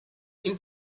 این